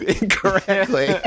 Incorrectly